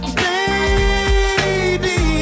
baby